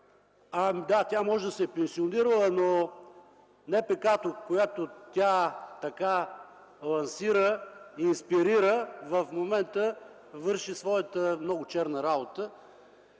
Да, тя може да се е пенсионирала, но НПК-то, което тя така лансира и инспирира, в момента върши своята много черна работа.